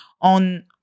On